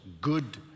good